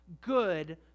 good